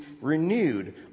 renewed